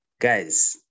guys